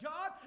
God